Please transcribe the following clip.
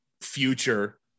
future